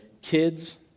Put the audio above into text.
kids